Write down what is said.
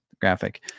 graphic